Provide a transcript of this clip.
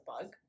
bug